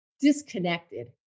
disconnected